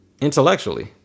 intellectually